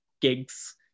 gigs